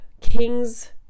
king's